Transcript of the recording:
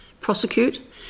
prosecute